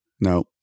No